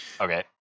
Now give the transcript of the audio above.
okay